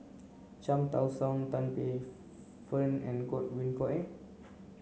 Cham Tao Soon Tan Paey Fern and Godwin Koay